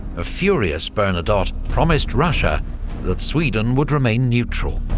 a furious bernadotte promised russia that sweden would remain neutral.